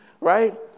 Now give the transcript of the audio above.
right